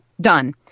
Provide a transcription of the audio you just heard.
Done